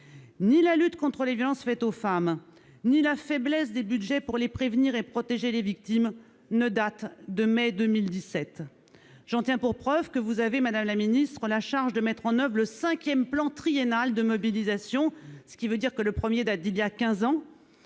Ni la lutte contre les violences faites aux femmes ni la faiblesse des budgets pour les prévenir et pour protéger les victimes ne datent de mai 2017. J'en tiens pour preuve, madame la secrétaire d'État, que vous êtes chargée de mettre en oeuvre le cinquième plan triennal de mobilisation, ce qui veut dire que le premier remonte à quinze ans.